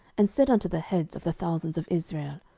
and said unto the heads of the thousands of israel,